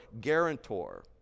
guarantor